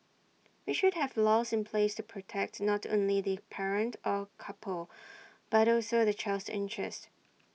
we should have laws in place to protect not only the parents or couple but also the child's interest